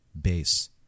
base